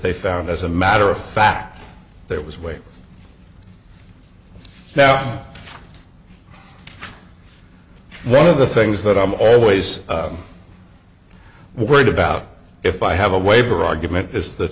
they found as a matter of fact that was way down one of the things that i'm always worried about if i have a waiver argument is that